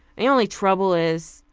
the only trouble is,